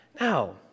Now